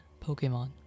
Pokemon